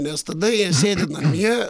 nes tada jie sėdi namie